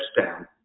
down